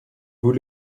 vous